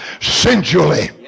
sensually